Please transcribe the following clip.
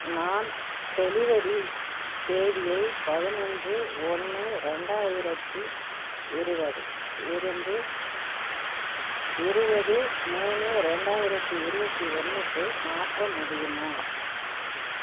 நான் டெலிவரி தேதியை பதினைஞ்சு ஒன்று ரெண்டாயிரத்து இருபது இருந்து இருபது மூணு ரெண்டாயிரத்து இருபத்தி ஒன்றுக்கு மாற்ற முடியுமா